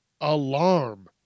alarm